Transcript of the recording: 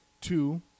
Two